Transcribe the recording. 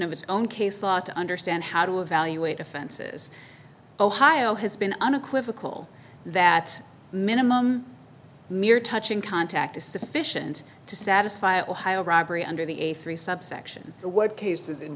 of its own case law to understand how to evaluate offenses ohio has been unequivocal that minimum mere touching contact is sufficient to satisfy ohio robbery under the a three subsection what cases in